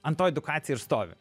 ant to edukacija ir stovi